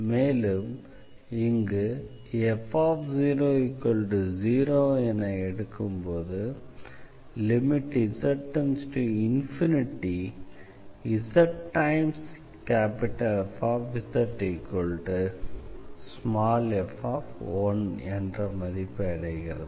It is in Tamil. மேலும் இங்கு f00 எனும்போது limz→∞zF f என்ற மதிப்பை அடைகிறது